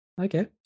Okay